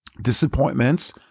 disappointments